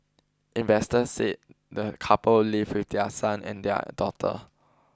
investors say the couple live with their son and their daughter